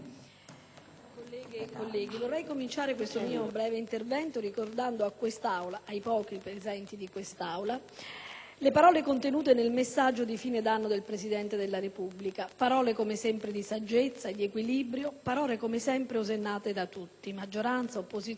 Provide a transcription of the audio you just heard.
vorrei cominciare il mio intervento ricordando ai pochi presenti in Aula le parole contenute nel messaggio di fine d'anno del Presidente della Repubblica, parole come sempre di saggezza, di equilibrio, come sempre osannate da tutti, maggioranza, opposizione, Governo, società civile.